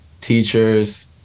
teachers